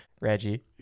reggie